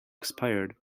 expired